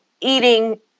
eating